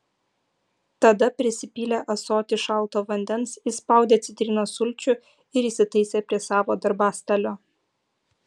tada prisipylė ąsotį šalto vandens įspaudė citrinos sulčių ir įsitaisė prie savo darbastalio